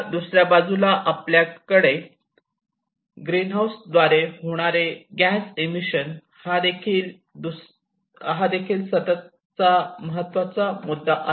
दुसऱ्या बाजूला आपल्याकडे ग्रीनहाऊस द्वारे होणारे गॅस इमिशन हादेखील सततचा महत्त्वाचा मुद्दा आहे